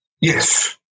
yes